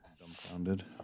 Dumbfounded